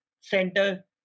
center